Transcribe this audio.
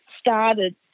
started